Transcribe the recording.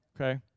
Okay